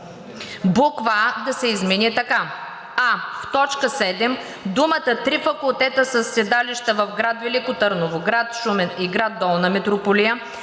буква „а“ да се измени така: „а) в т. 7 думите „три факултета със седалища в град Велико Търново, град Шумен и град Долна Митрополия“